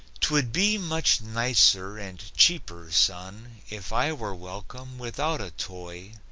twould be much nicer and cheaper, son, if i were welcome without a toy,